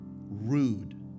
rude